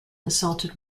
assaulted